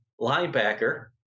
linebacker